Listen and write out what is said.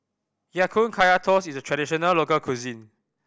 Ya Kun Kaya Toast is a traditional local cuisine